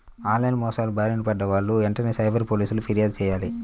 on line మోసాల బారిన పడ్డ వాళ్ళు వెంటనే సైబర్ పోలీసులకు పిర్యాదు చెయ్యాలి